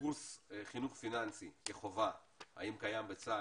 קורס חינוך פיננסי כחובה, האם קיים בצה"ל?